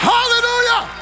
Hallelujah